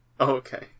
Okay